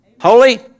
Holy